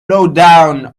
lowdown